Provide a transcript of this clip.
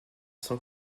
sans